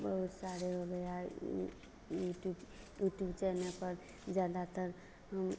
बहुत सारे हो गया यूट्यूब यूट्यूब चैनल पर ज़्यादातर हम